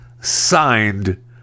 signed